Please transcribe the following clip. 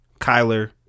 Kyler